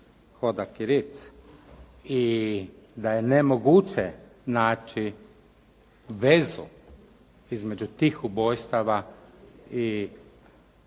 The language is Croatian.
Hodak i Ritz i da je nemoguće naći vezu između tih ubojstava i